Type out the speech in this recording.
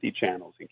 channels